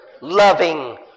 loving